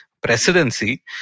presidency